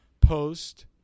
post